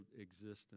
existence